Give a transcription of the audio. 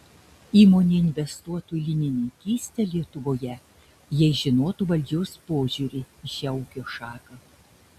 įmonė investuotų į linininkystę lietuvoje jei žinotų valdžios požiūrį į šią ūkio šaką